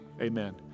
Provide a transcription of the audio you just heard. amen